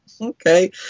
Okay